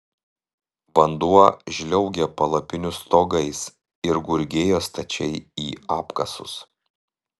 vanduo žliaugė palapinių stogais ir gurgėjo stačiai į apkasus